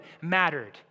mattered